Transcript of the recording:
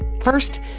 first,